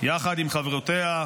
יחד עם חברותיה,